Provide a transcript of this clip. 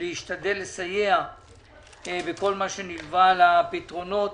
להשתדל לסייע בכל מה שנלווה לפתרונות.